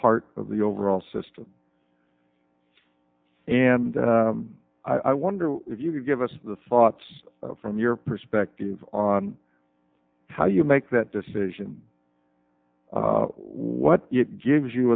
part of the overall system and i wonder if you could give us the thoughts from your perspective on how you make that decision what it gives you